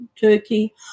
Turkey